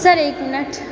sir एक minute